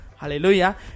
Hallelujah